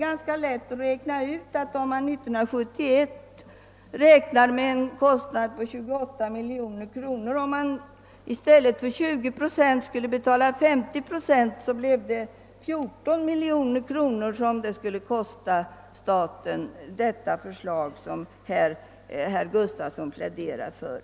Eftersom totalkostnaden år 1971 beräknas till 28 miljoner kronor innebär alltså motionärernas förslag att statens bidrag blir 14 miljoner kronor. Detta är konsekvensen av det förslag som herr Gustavsson i Alvesta pläderar för.